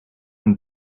and